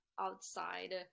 outside